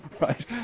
Right